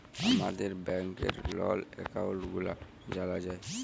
আমাদের ব্যাংকের লল একাউল্ট গুলা জালা যায়